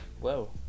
Whoa